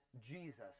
Jesus